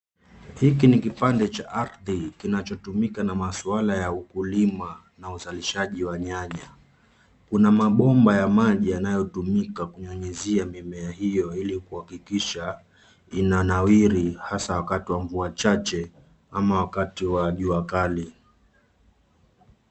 Hiki ni kipande cha ardhi kinachotumika na masuala ya ukulima na uzalishaji wa nyanya. Kuna mabomba ya maji yanayotumika kunyunyizia mimea hiyo ili kuhakikisha inanawiri hasa wakati wa mvua chache ama wakati wa jua kali.